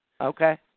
Okay